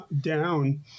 down